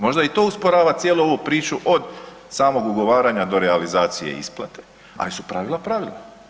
Možda i to usporava cijelu ovu priču od samog ugovaranja do realizacije isplate, ali su pravila pravila.